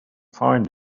find